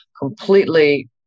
completely